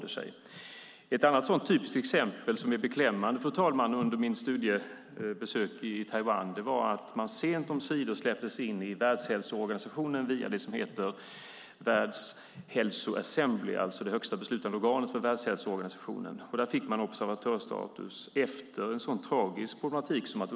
Ett annat sådant typiskt beklämmande exempel, fru talman, som kom fram under mitt studiebesök i Taiwan var att Taiwan sent omsider släpptes in i Världshälsoorganisationen via det som heter World Health Assembly, alltså det högsta beslutande organet för Världshälsoorganisationen. Där fick man observatörsstatus efter att ett tragiskt problem hade utspelat sig.